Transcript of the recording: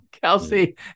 Kelsey